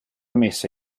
messa